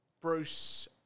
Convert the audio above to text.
Bruce